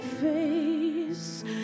face